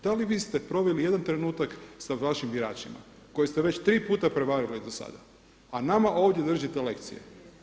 Da li vi ste proveli i jedan trenutak sa vašim biračima koje ste već tri puta prevarili do sada, a nama ovdje držite lekcije.